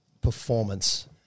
performance